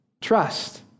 trust